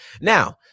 Now